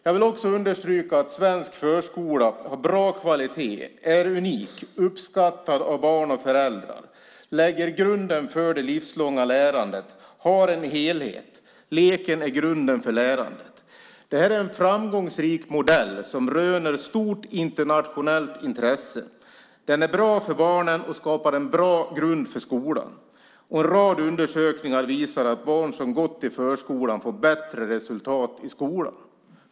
Jag vill också understryka att svensk förskola har bra kvalitet, är unik, uppskattad av barn och föräldrar, lägger grunden för det livslånga lärandet och har en helhet där leken är grunden för lärandet. Det här är en framgångsrik modell som röner stort internationellt intresse. Den är bra för barnen och skapar en bra grund för skolan. En rad undersökningar visar att barn som gått i förskolan får bättre resultat i skolan.